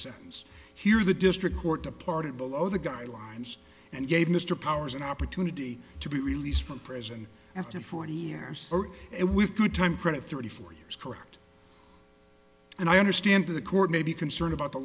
sentence here the district court departed below the guidelines and gave mr powers an opportunity to be released from prison after forty years or it with good time credit thirty four years correct and i understand to the court may be concerned about the